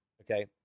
Okay